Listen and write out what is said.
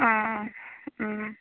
অ অ